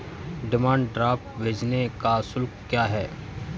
Demand draft भेजने का शुल्क क्या है?